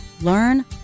Learn